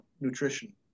nutrition